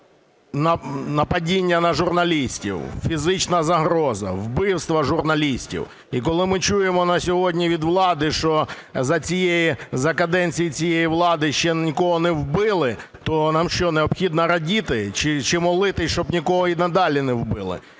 нападів на журналістів, фізичної загрози, вбивства журналістів. І коли ми чуємо на сьогодні від влади, що за каденції цієї влади ще нікого не вбили, то нам що необхідно радіти чи молитись, щоб нікого і надалі не вбили?